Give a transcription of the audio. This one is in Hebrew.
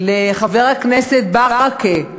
לחבר הכנסת ברכה,